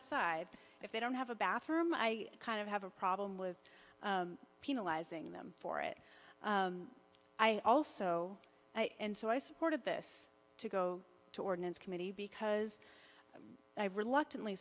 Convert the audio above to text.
aside if they don't have a bathroom i kind of have a problem with penalizing them for it i also and so i supported this to go to ordinance committee because i reluctant